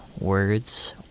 words